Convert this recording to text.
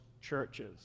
churches